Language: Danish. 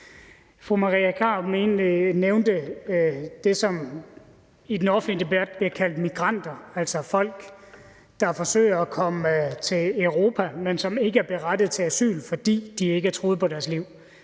Fru Marie Krarup nævnte dem, som i den offentlige debat bliver kaldt migranter, altså folk, der forsøger at komme til Europa, men som ikke er berettiget til asyl, fordi de ikke er truet på deres liv.